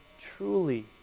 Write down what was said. truly